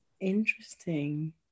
interesting